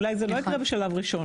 אולי זה לא יקרה בשלב ראשון.